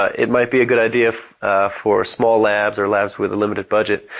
it might be a good idea for small labs or labs with a limited budget,